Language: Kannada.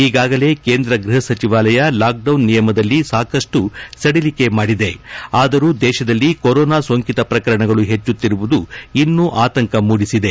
ಈಗಾಗಲೇ ಕೇಂದ್ರ ಗೃಹ ಸಚಿವಾಲಯ ಲಾಕ್ಡೌನ್ ನಿಯಮದಲ್ಲಿ ಸಾಕಷ್ಟು ಸಡಿಲಿಕೆ ಮಾಡಿದೆ ಆದರೂ ದೇಶದಲ್ಲಿ ಕೊರೊನಾ ಸೋಂಕಿತ ಪ್ರಕರಣಗಳು ಹೆಚ್ಚುತ್ತಿರುವುದು ಇನ್ನೂ ಆತಂಕ ಮೂಡಿಸಿದೆ